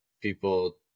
people